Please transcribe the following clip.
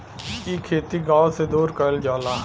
इ खेती गाव से दूर करल जाला